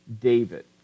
David